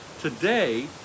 Today